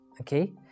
okay